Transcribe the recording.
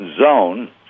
zone